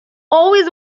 always